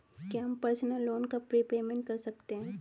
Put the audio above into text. क्या हम personal loan का प्रीपेमेंट कर सकते हैं?